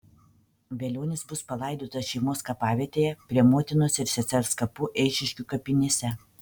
velionis bus palaidotas šeimos kapavietėje prie motinos ir sesers kapų eišiškių kapinėse